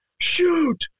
shoot